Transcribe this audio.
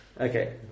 Okay